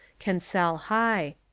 can sell high.